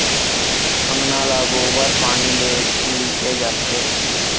अंगना ल गोबर पानी ले लिपे जाथे